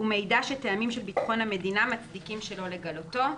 ומידע שטעמים של ביטחון המדינה מצדיקים שלא לגלותו.